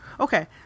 okay